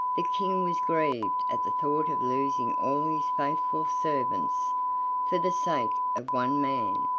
the king was grieved at the thought of losing all his faithful servants for the sake of one man,